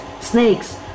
snakes